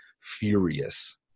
furious